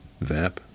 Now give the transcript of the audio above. VAP